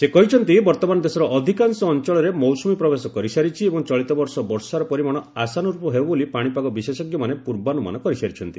ସେ କହିଛନ୍ତି ବର୍ତ୍ତମାନ ଦେଶର ଅଧିକାଂଶ ଅଞ୍ଚଳରେ ମୌସୁମୀ ପ୍ରବେଶ କରିସାରିଛି ଏବଂ ଚଳିତବର୍ଷ ବର୍ଷାର ପରିମାଣ ଆଶାନ୍ତର୍ପ ହେବ ବୋଲି ପାଣିପାଗ ବିଶେଷଜ୍ଞମାନେ ପୂର୍ବାନୁମାନ କରିସାରିଛନ୍ତି